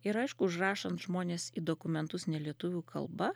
ir aišku užrašant žmones į dokumentus ne lietuvių kalba